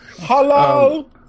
Hello